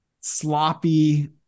sloppy